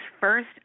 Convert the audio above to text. first